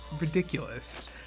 ridiculous